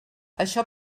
això